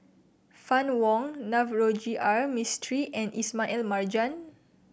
Fann Wong Navroji R Mistri and Ismail Marjan